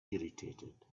irritated